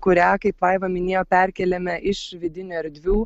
kurią kaip vaiva minėjo perkeliame iš vidinių erdvių